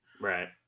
Right